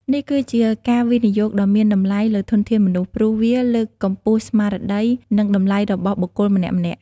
នេះគឺជាការវិនិយោគដ៏មានតម្លៃលើធនធានមនុស្ស ព្រោះវាលើកកម្ពស់ស្មារតី និងតម្លៃរបស់បុគ្គលម្នាក់ៗ។